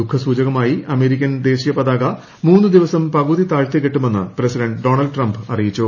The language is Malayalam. ദുഃഖ സൂചകമായി അമേരിക്കൻ ദേശീയപതാക മൂന്നു ദിവസം പകുതി താഴ്ത്തി കെട്ടുമെന്ന് പ്രസിഡന്റ് ഡോണൾഡ് ട്രംപ് അറിയിച്ചു